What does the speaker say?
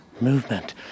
movement